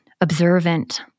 observant